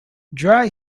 dry